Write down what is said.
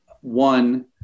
One